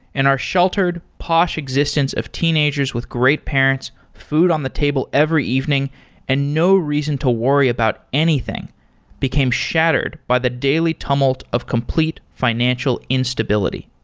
and our sheltered, posh existence of teenagers with great parents, food on the table every evening and no reason to worry about anything became shattered by the daily tumult of complete financial instability.